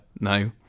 No